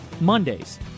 Mondays